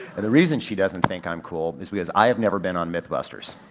and the reason she doesn't think i'm cool is because i have never been on mythbusters.